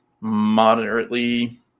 moderately